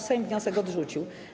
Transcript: Sejm wniosek odrzucił.